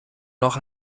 noch